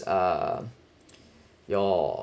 uh your